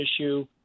issue